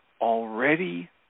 already